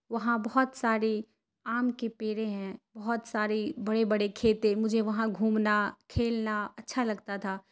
وہاں بہت ساری آم کے پیڑ ہیں بہت ساری بڑے بڑے کھیتے مجھے وہاں گھومنا کھیلنا اچھا لگتا تھا